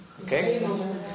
Okay